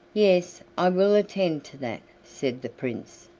yes, i will attend to that, said the prince,